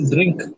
Drink